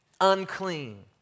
unclean